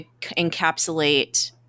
encapsulate